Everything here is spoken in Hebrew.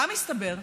מה מסתבר?